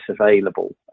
available